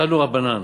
"תנו רבנן".